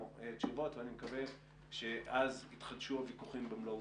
תשובות ואני מקווה שאז יתחדשו הוויכוחים במלוא עוזם.